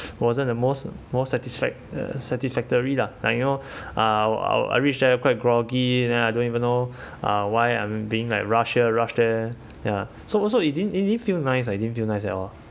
wasn't the most most satisfied uh satisfactory lah like you know uh I was I reach there quite groggy then I don't even know uh why I'm being like rushed here rushed there ya so it didn't it didn't feel nice it didn't feel nice at all